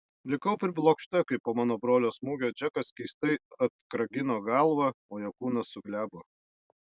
likau priblokšta kai po mano brolio smūgio džekas keistai atkragino galvą o jo kūnas suglebo